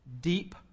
deep